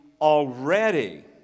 already